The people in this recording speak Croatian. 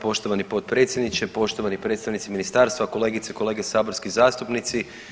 Poštovani potpredsjedniče, poštovani predstavnici ministarstva, kolegice, kolege saborski zastupnici.